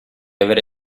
avere